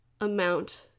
amount